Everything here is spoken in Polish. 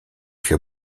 się